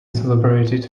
celebrated